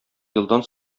елдан